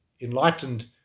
enlightened